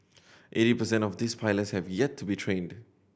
eighty percent of this pilots have yet to be trained